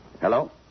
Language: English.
Hello